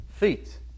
Feet